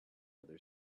other